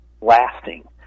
lasting